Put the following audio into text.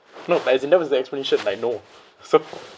no as in that was the explanation like no so